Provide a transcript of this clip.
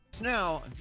Now